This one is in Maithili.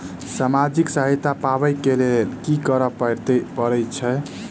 सामाजिक सहायता पाबै केँ लेल की करऽ पड़तै छी?